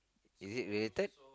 is it related